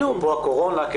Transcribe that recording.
אפרופו הקורונה,